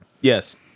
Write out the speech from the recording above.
Yes